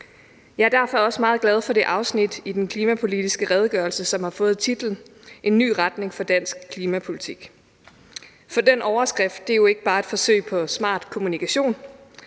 Jeg er derfor også meget glad for det afsnit i den klimapolitiske redegørelse, som har fået titlen »En ny retning for dansk klimaindsats«, for den overskrift er jo ikke bare et forsøg på smart kommunikation,